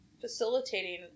facilitating